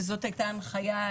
וזאת הייתה ההנחיה,